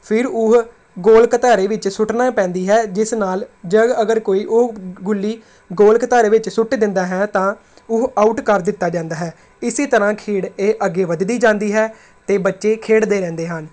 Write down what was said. ਫਿਰ ਉਹ ਗੋਲ ਕਤਾਰੇ ਵਿੱਚ ਸੁੱਟਣੀ ਪੈਂਦੀ ਹੈ ਜਿਸ ਨਾਲ ਜਦ ਅਗਰ ਕੋਈ ਉਹ ਗੁੱਲੀ ਗੋਲ ਕਤਾਰੇ ਵਿੱਚ ਸੁੱਟ ਦਿੰਦਾ ਹੈ ਤਾਂ ਉਹ ਆਊਟ ਕਰ ਦਿੱਤਾ ਜਾਂਦਾ ਹੈ ਇਸ ਤਰ੍ਹਾਂ ਖੇਡ ਇਹ ਅੱਗੇ ਵੱਧਦੀ ਜਾਂਦੀ ਹੈ ਅਤੇ ਬੱਚੇ ਖੇਡਦੇ ਰਹਿੰਦੇ ਹਨ